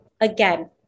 again